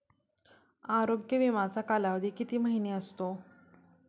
आरोग्य विमाचा कालावधी किती महिने असतो?